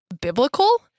biblical